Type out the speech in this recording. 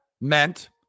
meant